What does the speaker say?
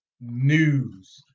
news